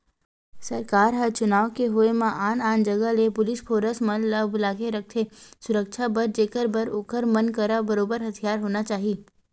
सरकार ह चुनाव के होय म आन आन जगा ले पुलिस फोरस मन ल बुलाके रखथे सुरक्छा बर जेखर बर ओखर मन करा बरोबर हथियार होना चाही